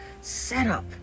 setup